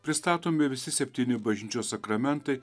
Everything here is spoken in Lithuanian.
pristatomi visi septyni bažnyčios sakramentai